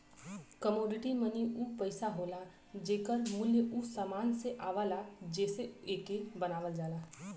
commodity money उ पइसा होला जेकर मूल्य उ समान से आवला जेसे एके बनावल जाला